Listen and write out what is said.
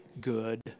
good